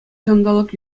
ҫанталӑк